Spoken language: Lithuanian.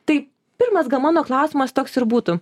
tai pirmas gal mano klausimas toks ir būtų